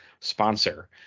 sponsor